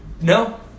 No